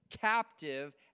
captive